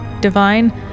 divine